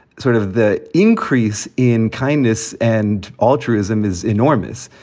sort of the increase in kindness and altruism is enormous.